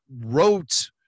wrote